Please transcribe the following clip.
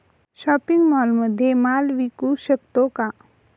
Shopping मॉलमध्ये माल विकू शकतो का?